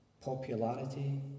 popularity